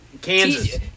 Kansas